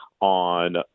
on